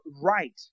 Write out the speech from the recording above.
right